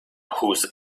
whose